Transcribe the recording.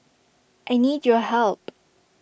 I need your help